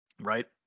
right